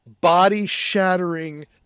body-shattering